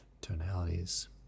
tonalities